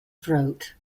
throat